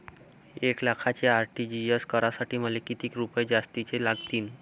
एक लाखाचे आर.टी.जी.एस करासाठी मले कितीक रुपये जास्तीचे लागतीनं?